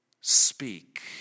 speak